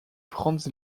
franz